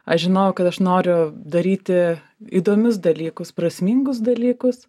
aš žinojau kad aš noriu daryti įdomius dalykus prasmingus dalykus